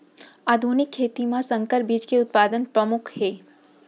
आधुनिक खेती मा संकर बीज के उत्पादन परमुख हे